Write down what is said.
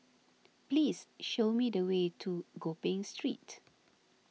please show me the way to Gopeng Street